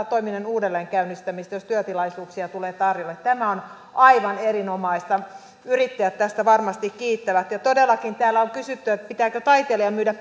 toiminnan uudelleenkäynnistämistä jos työtilaisuuksia tulee tarjolle tämä on aivan erinomaista yrittäjät tästä varmasti kiittävät ja todellakin täällä on kysytty pitääkö taiteilijan myydä